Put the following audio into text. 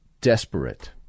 desperate